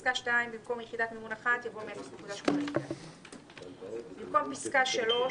חצי מהמימון השוטף, אם היא כבר קיבלה את הכסף,